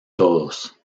todos